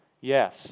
Yes